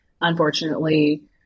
unfortunately